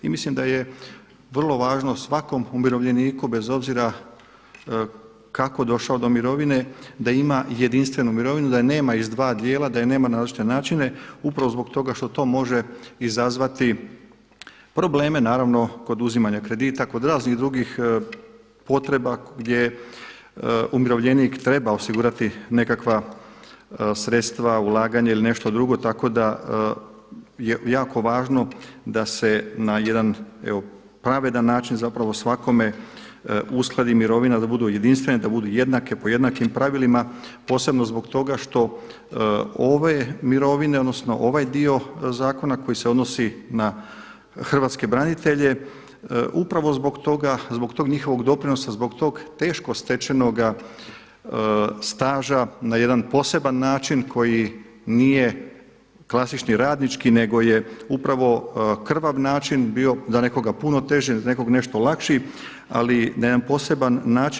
I mislim da je vrlo važno svakom umirovljeniku bez obzira kako došao do mirovine da ima jedinstvenu mirovinu, da je nema iz dva dijela, da je nema na različite načine upravo zbog toga što to može izazvati probleme naravno kod uzimanja kredita, kod raznih drugih potreba gdje umirovljenik treba osigurati nekakva sredstva, ulaganje ili nešto drugo tako da je jako važno da se na jedan evo pravedan način zapravo svakome uskladi mirovina, da budu jedinstvene, da budu jednake po jednakim pravilima posebno zbog toga što ove mirovine, odnosno ovaj dio zakona koji se odnosi na hrvatske branitelje, upravo zbog toga, zbog tog njihovog doprinosa, zbog tog teško stečenoga staža na jedan poseban način koji nije klasični radnički nego je upravo krvav način bio, za nekoga puno teže, za nekog nešto lakši ali na jedan poseban način.